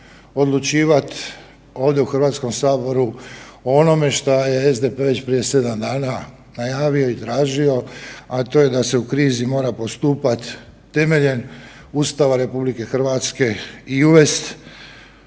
odlučivat ovdje u Hrvatskom saboru o onome što je SDP već prije 7 dana najavio i tražio, a to je da se u krizi mora postupat temeljem Ustava RH i uvest